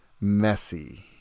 messy